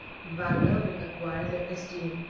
valor will acquire their esteem,